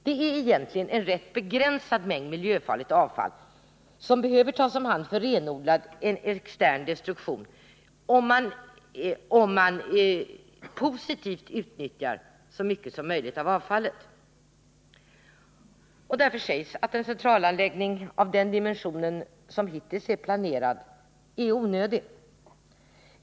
Det är egentligen en rätt begränsad mängd miljöfarligt avfall som behöver tas om hand för renodlad, extern destruktion, om man positivt utnyttjar så mycket som möjligt av avfallet. Därför sägs att en centralanläggning av den dimension som hittills är planerad är onödig.